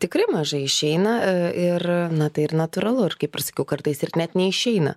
tikrai mažai išeina ir na tai ir natūralu ir kaip ir sakiau kartais ir net neišeina